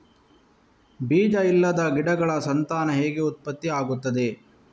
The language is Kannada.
ಬೀಜ ಇಲ್ಲದ ಗಿಡಗಳ ಸಂತಾನ ಹೇಗೆ ಉತ್ಪತ್ತಿ ಆಗುತ್ತದೆ?